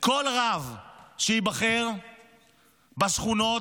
כל רב שייבחר בשכונות,